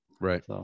Right